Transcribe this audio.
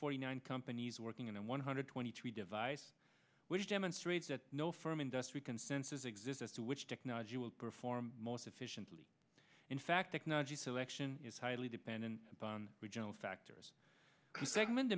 forty nine and he's working in a one hundred twenty three device which demonstrates that no firm industry consensus exists as to which technology will perform most efficiently in fact technology selection is highly dependent upon regional factors segment